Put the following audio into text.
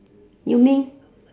you mean